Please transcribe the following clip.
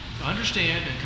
Understand